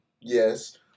Yes